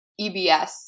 EBS